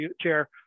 Chair